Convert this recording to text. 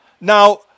Now